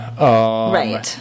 Right